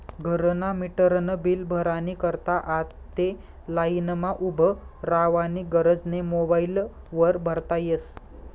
घरना मीटरनं बील भरानी करता आते लाईनमा उभं रावानी गरज नै मोबाईल वर भरता यस